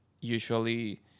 usually